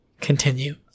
Continue